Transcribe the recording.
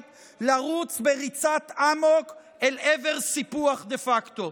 לרוץ בריצת אמוק אל עבר סיפוח דה פקטו.